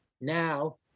Now